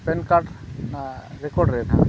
PAN card record ᱨᱮ ᱦᱟᱸᱜ